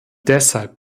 deshalb